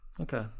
Okay